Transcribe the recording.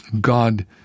God